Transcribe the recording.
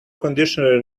conditioner